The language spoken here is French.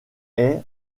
est